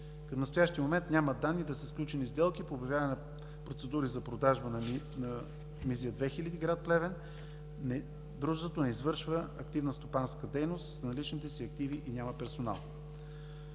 Към настоящия момент няма данни да са сключени сделки по обявяване на процедури за продажба на „Мизия 2000“ – град Плевен. Дружеството не извършва активна стопанска дейност с наличните си активи и няма персонал.